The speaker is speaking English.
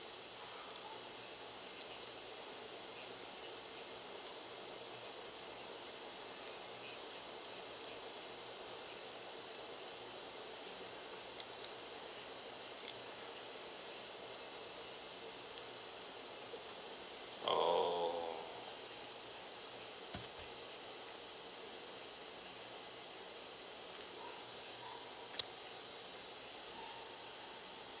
oh